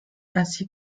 ainsi